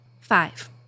Five